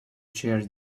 charge